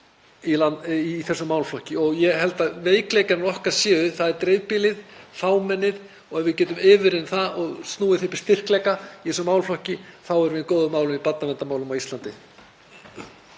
í þessum málaflokki. Ég held að veikleikar okkar séu dreifbýlið, fámennið og ef við getum yfirunnið það og snúið því upp styrkleika í þessum málaflokki þá erum við í góðum málum í barnaverndarmálum á Íslandi.